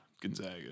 Gonzaga